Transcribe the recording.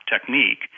technique